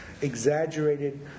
exaggerated